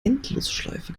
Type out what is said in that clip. endlosschleife